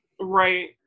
Right